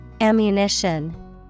Ammunition